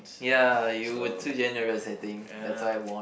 ya you were too generous I think that's why I won